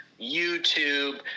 YouTube